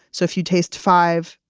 so if you taste five,